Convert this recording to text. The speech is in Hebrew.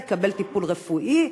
לקבל טיפול רפואי,